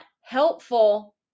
helpful